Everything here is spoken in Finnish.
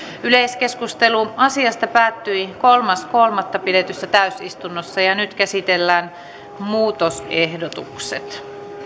yleiskeskustelu asiasta päättyi kolmas kolmatta kaksituhattakuusitoista pidetyssä täysistunnossa nyt käsitellään muutosehdotukset